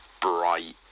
bright